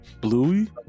Bluey